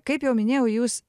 kaip jau minėjau jūs